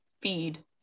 feed